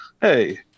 hey